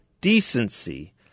Decency